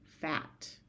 fat